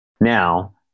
Now